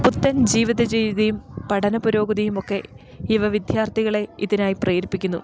പുത്തൻ ജീവിത രീതിയും പഠന പുരോഗതിയുമൊക്കെ ഇവ വിദ്യാർത്ഥികളെ ഇതിനായി പ്രേരിപ്പിക്കുന്നു